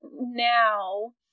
now